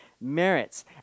merits